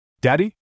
Daddy